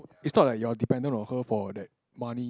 it's not like you're dependent on her for that money